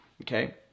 okay